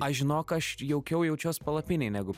aš žinok aš jaukiau jaučiuos palapinėj negu